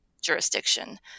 jurisdiction